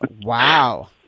Wow